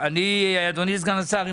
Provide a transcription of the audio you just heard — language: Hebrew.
אדוני סגן השר,